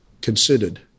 considered